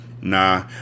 Nah